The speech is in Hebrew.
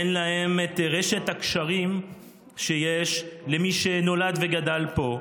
אין להם את רשת הקשרים שיש למי שנולד וגדל פה,